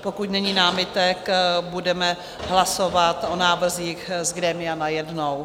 Pokud není námitek, budeme hlasovat o návrzích z grémia najednou.